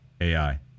AI